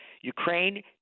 Ukraine